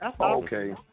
Okay